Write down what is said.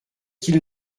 qu’il